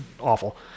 awful